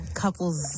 couples